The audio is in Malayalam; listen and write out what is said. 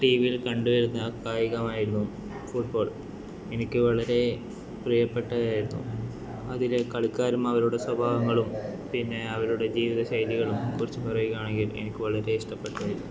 ടിവിയിൽ കണ്ടുവരുന്ന കായികം ആയിരുന്നു ഫുഡ്ബോൾ എനിക്ക് വളരെ പ്രിയപ്പെട്ടവ ആയിരുന്നു അതിലെ കളിക്കാരും അവരുടെ സ്വഭാവങ്ങളും പിന്നെ അവരുടെ ജീവിത ശൈലികളും കുറിച്ച് പറയുകയാണെങ്കിൽ എനിക്ക് വളരെ ഇഷ്ടപ്പെട്ടതായിരുന്നു